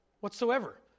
whatsoever